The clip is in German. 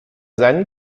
seinen